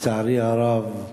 לצערי הרב,